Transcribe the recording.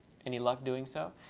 any luck doing so.